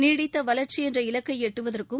நீடித்த வளர்ச்சி என்ற இலக்கை எட்டுவதற்கும்